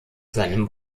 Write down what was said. seinem